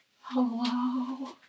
Hello